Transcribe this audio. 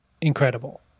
Incredible